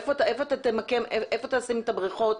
איפה תשים את הבריכות,